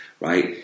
right